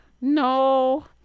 no